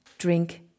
Drink